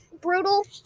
brutal